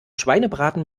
schweinebraten